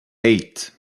eight